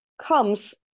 comes